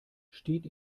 steht